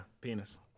penis